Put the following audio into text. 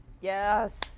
Yes